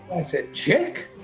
i said chick,